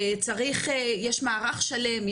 יש מערך שלם.